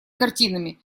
картинами